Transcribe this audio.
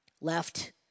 left